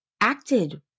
acted